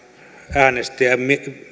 äänestäjän